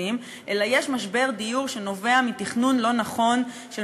אלא יש משבר דיור שנובע מתכנון לא נכון של